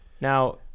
Now